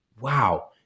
wow